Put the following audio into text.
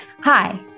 hi